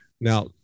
now